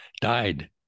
died